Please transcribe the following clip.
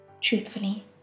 Truthfully